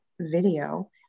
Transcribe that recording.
video